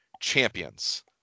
Champions